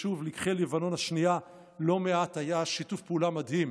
שוב, כלקחי לבנון השנייה היה שיתוף פעולה מדהים